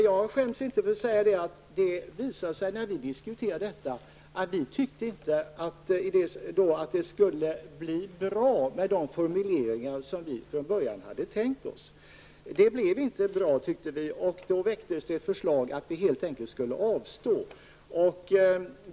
Jag skäms inte att säga att det visade sig när vi diskuterade detta att vi inte tyckte att det skulle bli bra med den formulering som vi från början hade tänkt oss. Då väcktes förslaget att vi helt enkelt skulle avstå.